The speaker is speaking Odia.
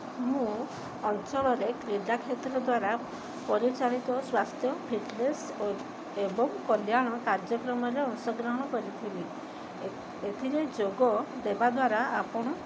ମୁଁ ଅଞ୍ଚଳରେ କ୍ରୀଡ଼ା କ୍ଷେତ୍ର ଦ୍ୱାରା ପରିଚାଳିତ ସ୍ୱାସ୍ଥ୍ୟ ଫିଟ୍ନେସ୍ ଏବଂ କଲ୍ୟାଣ କାର୍ଯ୍ୟକ୍ରମରେ ଅଂଶଗ୍ରହଣ କରିଥିଲି ଏଥିରେ ଯୋଗ ଦେବା ଦ୍ୱାରା ଆପଣ